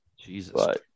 Jesus